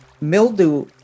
Mildew